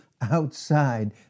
outside